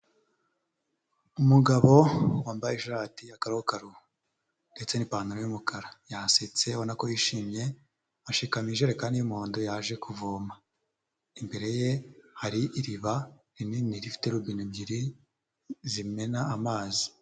Umugabo wambaye ishati ya karokaro ndetse n'ipantaro y'umukara. Yasetse, ubona ko yishimye, ashikamiye ijerekani y'umuhondo yaje kuvoma. Imbere ye hari iriba rinini rifite robine ebyiri zimena amazi.